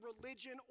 religion